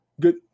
Good